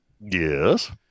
yes